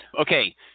Okay